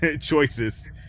choices